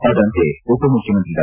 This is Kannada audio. ಅದರಂತೆ ಉಪಮುಖ್ಕಮಂತ್ರಿ ಡಾ